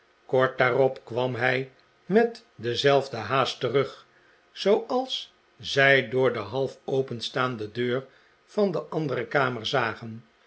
kort daarop kwam hij met dezelfde haast terug zooals zij door de half openstaande deur van de andere kamer zagen